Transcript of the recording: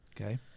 Okay